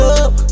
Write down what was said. up